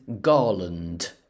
garland